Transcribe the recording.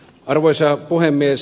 arvoisa puhemies